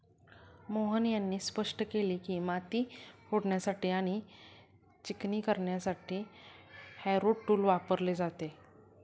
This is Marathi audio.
मोहन यांनी स्पष्ट केले की, माती फोडण्यासाठी आणि चिकणी करण्यासाठी हॅरो टूल वापरले जाते